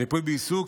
ריפוי בעיסוק,